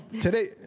Today